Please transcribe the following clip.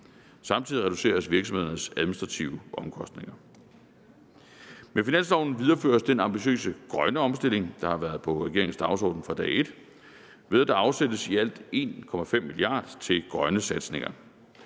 Samtidig reduceres virksomhedernes administrative omkostninger. Med finansloven videreføres den ambitiøse grønne omstilling, der har været på regeringens dagsorden fra dag et, ved at der afsættes i alt 1,5 mia. kr. til grønne satsninger.